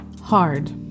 hard